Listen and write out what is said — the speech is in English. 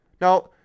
Now